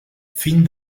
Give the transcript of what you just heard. fin